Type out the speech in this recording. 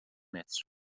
متر